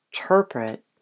interpret